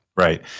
Right